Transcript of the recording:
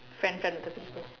friend friend